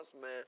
man